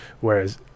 Whereas